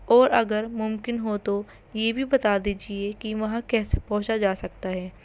اور اگر ممکن ہو تو یہ بھی بتا دیجیے کہ وہاں کیسے پہنچا جا سکتا ہے